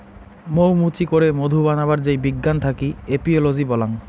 মৌ মুচি করে মধু বানাবার যেই বিজ্ঞান থাকি এপিওলোজি বল্যাং